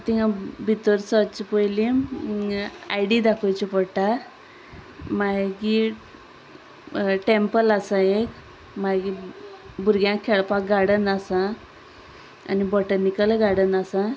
तिंगा भितर सरचे पयलीं आय डी दाखोवची पडटा मागी टेंम्पल आसा एक मागी भुरग्यांक खेळपाक गार्डन आसा आनी बॉटनिकल गार्डन आसा